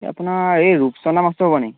আপোনাৰ এই ৰূপচন্দা মাছটো হ'ব নেকি